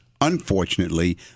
unfortunately